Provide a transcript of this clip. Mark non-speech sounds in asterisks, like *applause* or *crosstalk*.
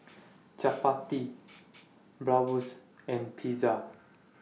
*noise* Chapati Bratwurst and Pizza